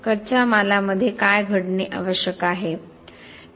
कच्च्या मालामध्ये घडणे आवश्यक आहे